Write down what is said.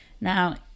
Now